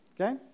Okay